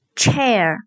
chair